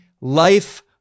life